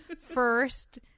first